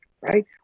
right